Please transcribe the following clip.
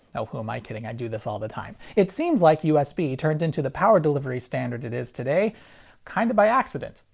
oh who am i kidding i do this all the time. it seems like usb turned into the power delivery standard it is today kinda kind of by accident.